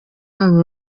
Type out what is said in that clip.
babo